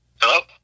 Hello